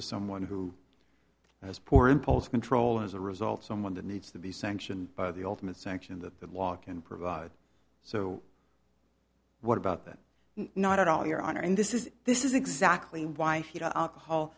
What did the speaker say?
is someone who has poor impulse control as a result someone that needs to be sanctioned by the ultimate sanction that the law can provide so what about that not at all your honor and this is this is exactly why